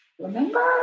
remember